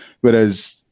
whereas